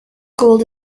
gold